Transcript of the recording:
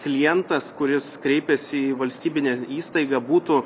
klientas kuris kreipėsi į valstybinę įstaigą būtų